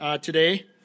today